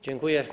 Dziękuję.